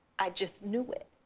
i just knew it.